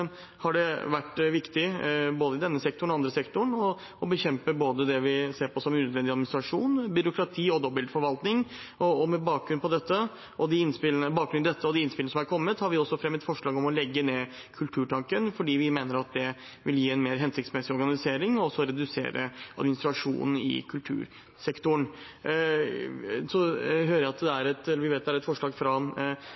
har det vært viktig i både denne sektoren og andre sektorer å bekjempe det vi ser på som unødvendig administrasjon, byråkrati og dobbeltforvaltning. Med bakgrunn i dette og de innspillene som har kommet, har vi også fremmet forslag om å legge ned Kulturtanken, fordi vi mener at det vil gi en mer hensiktsmessig organisering og også redusere administrasjonen i kultursektoren. Så hører jeg at